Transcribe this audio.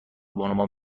بانوان